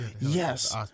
Yes